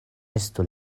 estu